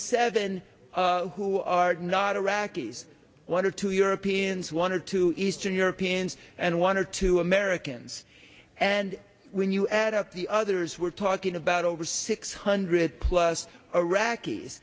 seven who are not iraqis one or two europeans one or two eastern europeans and one or two americans and when you add up the others we're talking about over six hundred plus or raqi